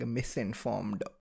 misinformed